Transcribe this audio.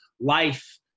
life